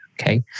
Okay